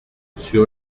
sur